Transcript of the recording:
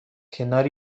کنار